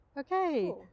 Okay